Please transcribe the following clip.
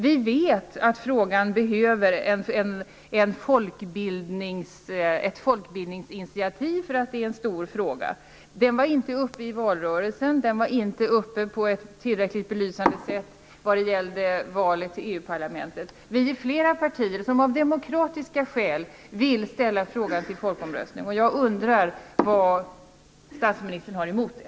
Vi vet att frågan behöver ett folkbildningsinitiativ, eftersom det är en stor fråga. Den var inte uppe i valrörelsen. Den blev inte tillräckligt belyst i samband med valet till EU parlamentet. Vi är flera partier som av demokratiska skäl vill ställa frågan i en folkomröstning. Jag undrar vad statsministern har emot det.